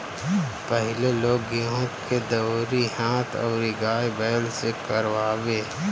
पहिले लोग गेंहू के दवरी हाथ अउरी गाय बैल से करवावे